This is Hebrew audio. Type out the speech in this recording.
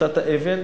גריסת האבן?